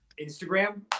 Instagram